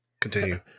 continue